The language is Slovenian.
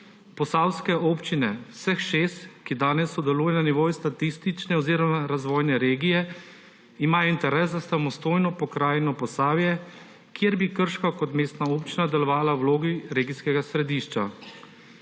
Posavske občine, vseh šest, ki danes sodelujejo na nivoju statistične oziroma razvojne regije, imajo interes za samostojno pokrajino Posavje, kjer bi Krško kot mestna občina delovala v vlogi regijskega središča.